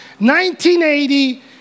1980